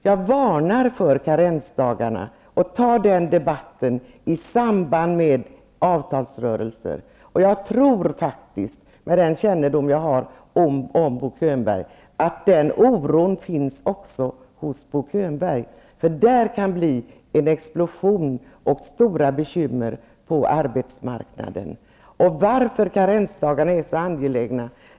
Jag varnar för karensdagarna och tar den debatten i samband med avtalsrörelsen. Jag tror faktiskt, med den kännedom jag har om Bo Könberg, att denna oro finns också hos honom. Det kan nämligen bli en explosion och stora bekymmer på arbetsmarknaden. Varför är karensdagarna så angelägna?